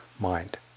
mind